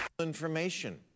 Information